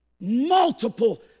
Multiple